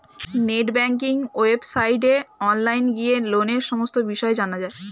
net banking ওয়েবসাইটে online গিয়ে লোনের সমস্ত বিষয় জানা যায়